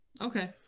okay